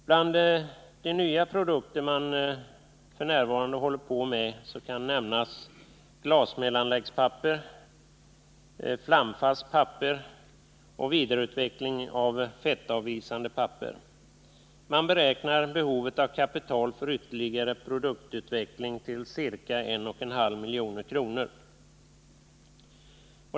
Bland de nya produkter man f. n. håller på med kan nämnas, glasmellanläggspapper — flamfast papper — vidareutveckling av fettavvisande papper. Man beräknar behovet av kapital för ytterligare produktutveckling till ca 1.5 milj.kr.